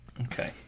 Okay